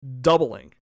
doubling